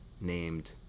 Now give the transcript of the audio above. named